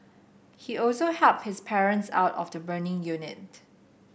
he also helped his parents out of the burning unit